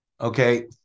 okay